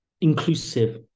inclusive